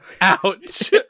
Ouch